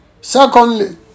Secondly